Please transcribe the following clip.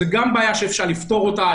זאת גם בעיה שאפשר לפתור אותה.